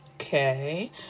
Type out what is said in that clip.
Okay